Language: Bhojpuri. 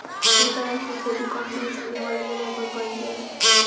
ए तरह के खेती कम जनसंख्या वाला जगह पे कईल जाला